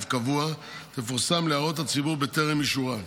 קבוע תפורסם להערות הציבור בטרם אישורה.